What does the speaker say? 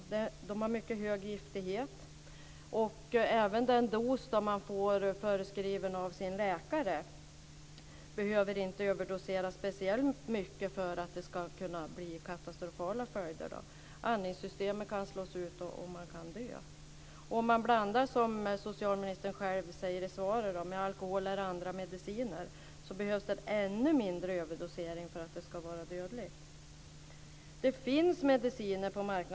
De har mycket hög giftighet. Även den dos som man får föreskriven av sin läkare behöver inte överdoseras speciellt mycket för att det ska få katastrofala följder. Andningssystemet kan slås ut, och man kan dö. Och om man blandar dessa mediciner med alkohol eller andra mediciner behövs det en ännu mindre överdosering för att det ska vara dödligt. Detta nämner också socialministern i svaret.